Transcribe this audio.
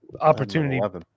opportunity